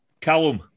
Callum